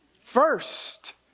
first